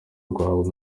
rwawe